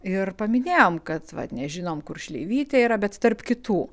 ir paminėjom kad vat nežinom kur šleivytė yra bet tarp kitų